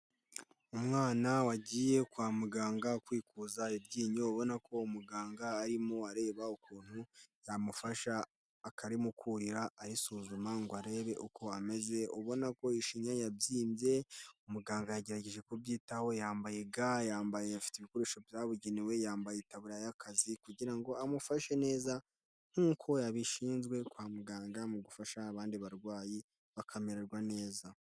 Umwana wagiye kwa muganga kwikuza iryinyo ubona ko umuganga arimo areba ukuntu yamufasha akarimukurira, arisuzuma ngo arebe uko ameze ubona ko ishinya yabyimbye, umuganga yagerageje kubyitaho yambaye ga, yambaye afite ibikoresho byabugenewe, yambaye itaburaye y'akazi kugira ngo amufashe neza nkuko yabishinzwe kwa muganga mu gufasha abandi barwayi bakamererwa neza.